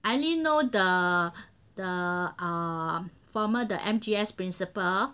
I only know the the err former the M_G_S principal